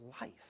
life